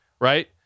right